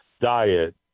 diet